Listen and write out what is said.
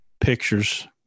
pictures